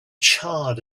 charred